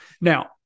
Now